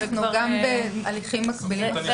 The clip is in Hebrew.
אלה הליכים מקבילים.